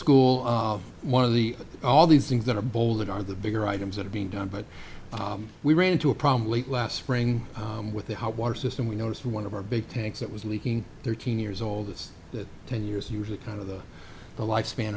school one of the all these things that are bolted are the bigger items that are being done but we ran into a problem late last spring with the hot water system we noticed one of our big tanks that was leaking thirteen years old is that ten years usually kind of the the lifespan